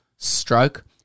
Stroke